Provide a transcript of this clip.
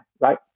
right